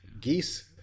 Geese